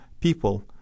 people